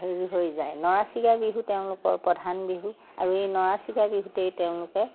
হেৰি হৈ যায় নৰাচিগা বিহু তেওঁলোকৰ প্ৰধান বিহু আৰু এই নৰাচিগা বিহুতেই তেওঁলোকে